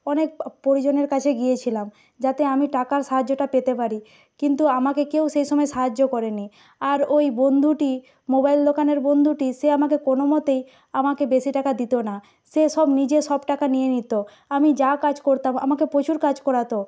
অনেক পরিজনের কাছে গিয়েছিলাম যাতে আমি টাকার সাহায্যটা পেতে পারি কিন্তু আমাকে কেউ সেই সময় সাহায্য করেনি আর ওই বন্ধুটি মোবাইল দোকানের বন্ধুটি সে আমাকে কোনো মতেই আমাকে বেশি টাকা দিত না সে সব নিজে সব টাকা নিয়ে নিত আমি যা কাজ করতাম আমাকে প্রচুর কাজ করাতো